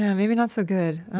yeah maybe not so good. i